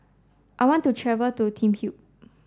I want to travel to Thimphu